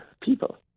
people